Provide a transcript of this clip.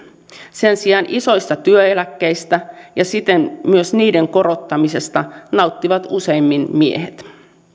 sen sijaan isoista työeläkkeistä ja siten myös niiden korottamisesta nauttivat useimmin miehet